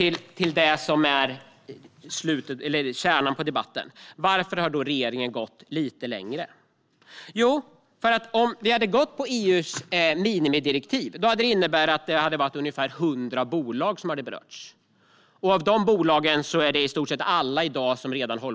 Låt oss ägna oss åt kärnan i debatten: Varför har regeringen gått lite längre? Jo, om vi hade hållit oss till EU:s minimidirektiv skulle ungefär 100 bolag berörts av detta. Av dessa hållbarhetsrapporterar i stort sett alla i dag.